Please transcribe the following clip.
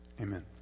Amen